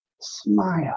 smile